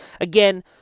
Again